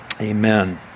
amen